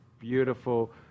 beautiful